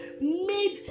made